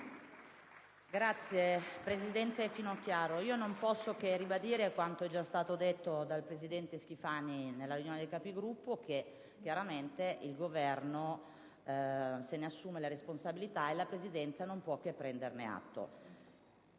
Presidente Finocchiaro, non posso che ribadire quanto è già stato detto dal presidente Schifani nella riunione dei Capigruppo, e cioè che il Governo se ne assume la responsabilità e la Presidenza non può che prenderne atto.